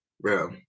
Bro